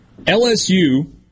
LSU